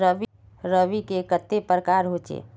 रवि के कते प्रकार होचे?